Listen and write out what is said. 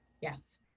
yes